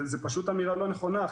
זו פשוט אמירה לא נכונה.